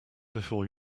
before